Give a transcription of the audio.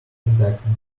exactly